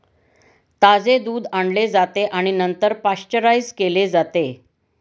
ताजे दूध आणले जाते आणि नंतर पाश्चराइज केले जाते